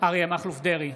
אריה מכלוף דרעי,